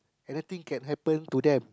anything can happen to them